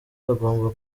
hagomba